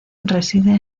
reside